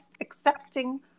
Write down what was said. accepting